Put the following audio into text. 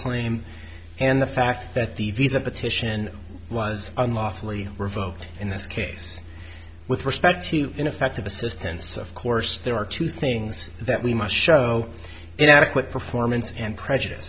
claim and the fact that the visa petition was unlawfully revoked in this case with respect to ineffective assistance of course there are two things that we must show an adequate performance and prejudice